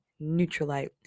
Neutralite